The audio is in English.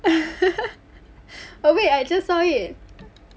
err wait I just saw it